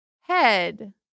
head